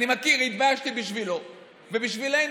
התביישתי בשבילו ובשבילנו,